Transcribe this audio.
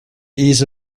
ease